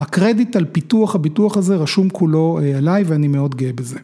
הקרדיט על פיתוח הביטוח הזה רשום כולו אה.. עליי ואני מאוד גאה בזה.